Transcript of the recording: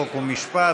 חוק ומשפט,